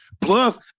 Plus